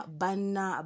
bana